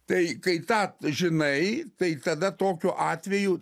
tai kai tą žinai tai tada tokiu atveju